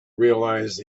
realise